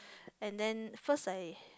and then first I